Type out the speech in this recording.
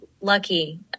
lucky